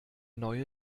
neue